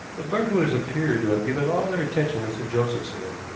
the burglars appeared to have given all their attention to sir joseph's room,